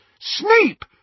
Snape